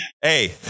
hey